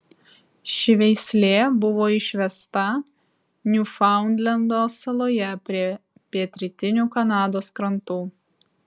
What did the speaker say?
ši veislė buvo išvesta niufaundlendo saloje prie pietrytinių kanados krantų